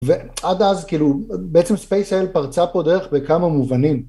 ועד אז כאילו בעצם SpaceL פרצה פה דרך בכמה מובנים.